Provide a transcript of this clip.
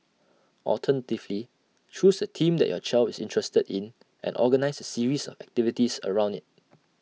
alternatively choose A theme that your child is interested in and organise A series of activities around IT